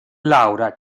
laura